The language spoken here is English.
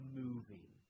moving